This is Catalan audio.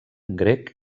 grec